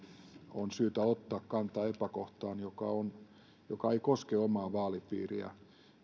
on syytä ottaa kantaa epäkohtaan joka ei koske omaa vaalipiiriä